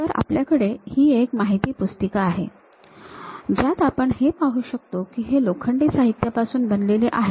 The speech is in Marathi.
तर आपल्याकडे ही एक माहितीपुस्तिका आहे ज्यात आपण हे पाहू शकतो की हे लोखंडी साहित्यापासून बनलेले आहे का